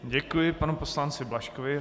Děkuji panu poslanci Blažkovi.